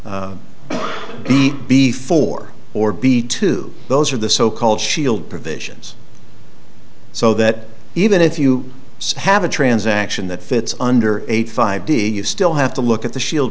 the before or be two those are the so called shield provisions so that even if you have a transaction that fits under eighty five d you still have to look at the shield